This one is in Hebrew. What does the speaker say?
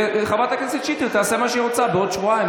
וחברת הכנסת שטרית תעשה מה שהיא רוצה בעוד שבועיים,